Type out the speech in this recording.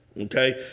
Okay